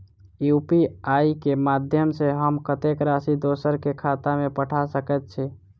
UPI केँ माध्यम सँ हम कत्तेक राशि दोसर केँ खाता मे पठा सकैत छी?